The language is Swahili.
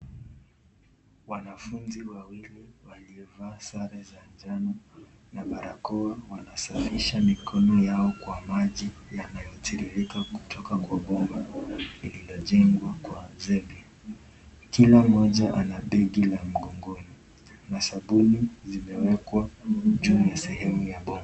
Wanafunzi wawili waliovaa sare za njano na barakoa wanasafisha mikono yao kwa maji yanayotiririka kutoka kwa bomba lilojengwa kwa zenge. Kila mmoja ana begi la mgongoni na sabuni zimewekwa juu ya sehemu ya bomba.